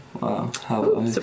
Wow